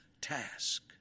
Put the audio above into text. task